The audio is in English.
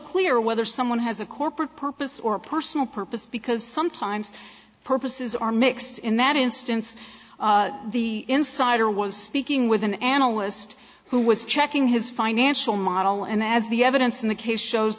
clear whether someone has a corporate purpose or personal purpose because sometimes purposes are mixed in that instance the insider was speaking with an analyst who was checking his financial model and as the evidence in the case shows